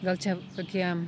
gal čia tokie